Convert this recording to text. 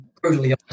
brutally